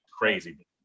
crazy